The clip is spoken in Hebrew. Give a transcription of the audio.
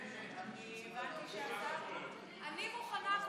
אני מוכנה,